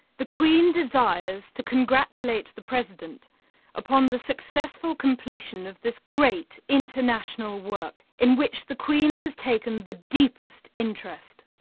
the queen desires to congratulate the president upon the successful completion of this great international work in which the queen has taken the deepest interest.